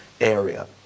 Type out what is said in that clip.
area